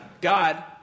God